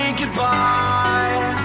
goodbye